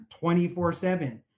24-7